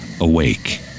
awake